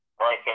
right